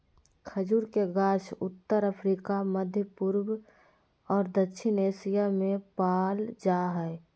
खजूर के गाछ उत्तर अफ्रिका, मध्यपूर्व और दक्षिण एशिया में पाल जा हइ